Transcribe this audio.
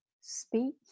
speak